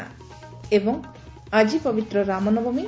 ଏବଂ ଆଜି ପବିତ୍ର ରାମନବମୀ